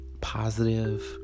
positive